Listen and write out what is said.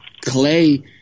Clay